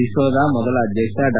ಇಸೋದ ಮೊದಲ ಅಧ್ಯಕ್ಷ ಡಾ